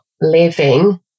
living